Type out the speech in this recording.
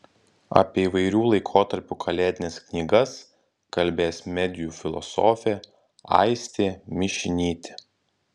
apie įvairių laikotarpių kalėdines knygas kalbės medijų filosofė aistė mišinytė